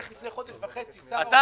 איך לפני חודש וחצי שר האוצר הבטיח.